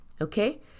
Okay